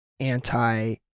anti